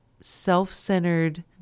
self-centered